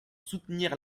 soutenir